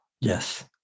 Yes